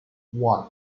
one